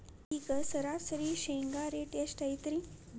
ಈಗ ಸರಾಸರಿ ಶೇಂಗಾ ರೇಟ್ ಎಷ್ಟು ಐತ್ರಿ?